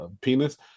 penis